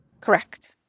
Correct